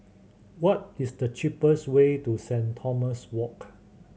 what is the cheapest way to Saint Thomas Walk